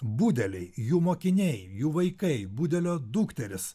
budeliai jų mokiniai jų vaikai budelio dukterys